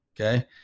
Okay